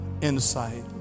insight